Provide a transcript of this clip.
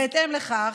בהתאם לכך,